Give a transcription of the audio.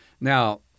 Now